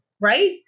right